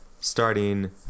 starting